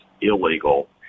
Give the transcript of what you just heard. illegal